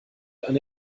eine